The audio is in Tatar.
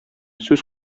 сүз